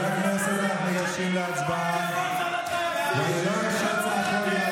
כבר חצי שנה מושיטים לכם ידיים ואתם מסרבים,